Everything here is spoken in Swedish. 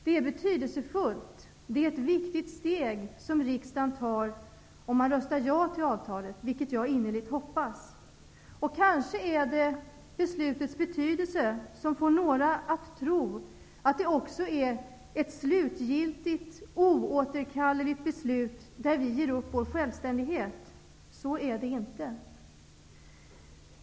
Det är ett betydelsefullt och viktigt steg som riksdagen tar om man röstar ja till avtalet, vilket jag innerligt hoppas. Kanske är det beslutets betydelse som får några att tro att det också är ett slutgiltigt, oåterkalleligt beslut där vi ger upp vår självständighet. Så är det inte.